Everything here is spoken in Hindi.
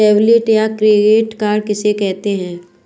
डेबिट या क्रेडिट कार्ड किसे कहते हैं?